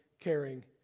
caring